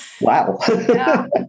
Wow